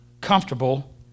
comfortable